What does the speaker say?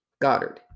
Goddard